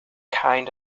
kind